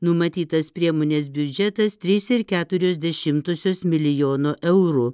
numatytas priemonės biudžetas trys ir keturios dešimtosios milijono eurų